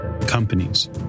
companies